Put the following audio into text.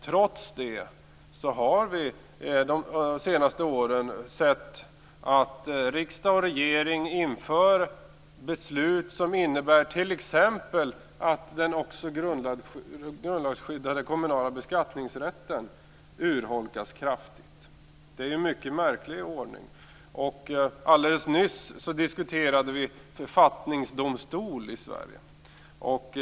Trots det har vi de senaste åren sett att riksdag och regering fattar beslut som t.ex. innebär att den också grundlagsskyddade kommunala beskattningsrätten urholkas kraftigt. Det är en mycket märklig ordning. Alldeles nyss diskuterade vi om vi skall ha en författningsdomstol.